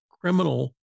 criminal